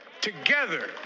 Together